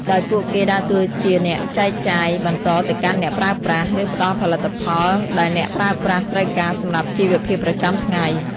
ដោយពួកគេដើរតួជាអ្នកចែកចាយបន្តទៅកាន់អ្នកប្រើប្រាស់ ឬផ្តល់ផលិតផលដែលអ្នកប្រើប្រាស់ត្រូវការសម្រាប់ជីវភាពប្រចាំថ្ងៃ។